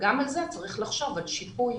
גם במקרה כזה צריך לחשוב על שיפוי.